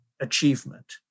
achievement